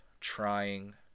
trying